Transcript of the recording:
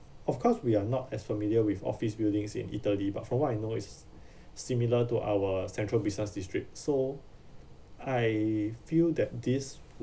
of course we are not as familiar with office buildings in italy but from what I know is similar to our central business district so I feel that this